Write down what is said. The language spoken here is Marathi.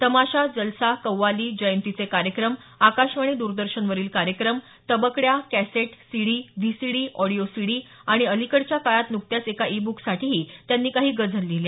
तमाशा जलसा कव्वाली जयंतीचे कार्यक्रम आकाशवाणी द्रदर्शनवरील कार्यक्रम तबकड्या cassette CD V CD audio CD आणि अलीकडच्या काळात नुकत्याच एका ई बुक साठीही त्यांनी काही गझल लिहिल्या